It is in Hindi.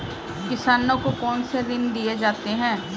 किसानों को कौन से ऋण दिए जाते हैं?